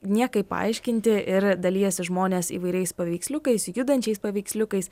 niekaip paaiškinti ir dalijasi žmonės įvairiais paveiksliukais judančiais paveiksliukais